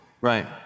Right